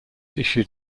issued